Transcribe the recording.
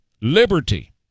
Liberty